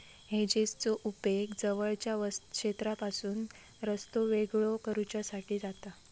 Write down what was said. हेजेसचो उपेग जवळच्या क्षेत्रापासून रस्तो वेगळो करुच्यासाठी जाता